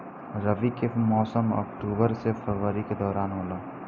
रबी के मौसम अक्टूबर से फरवरी के दौरान होला